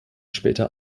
später